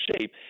shape